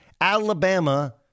Alabama